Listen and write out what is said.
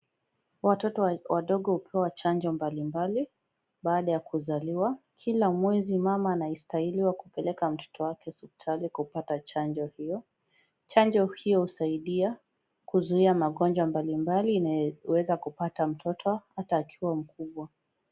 Watoto wadogo hupewa chanjo mbalimbali baada ya kuzaliwa, kila mwezi mama anastahiliwa kupeleka mtoto wake hospitali kupata chanjo. Chanjo hiyo husaidia kuzuia magonjwa mbalimbali inayoweza kupata mtoto hata akiwa mkubwa.